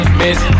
miss